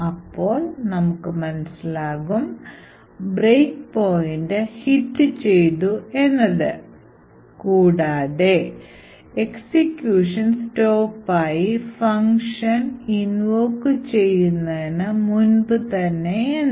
അപ്പോൾ നമുക്ക് മനസ്സിലാകും ബ്രേക്ക് പോയിൻറ് ഹിറ്റ് ചെയ്തു കൂടാതെ എക്സിക്യൂഷൻ സ്റ്റോപ്പ് ആയി ഫംഗ്ഷൻ invoke ചെയ്യുന്നതിന് മുൻപ് തന്നെ എന്ന്